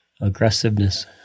aggressiveness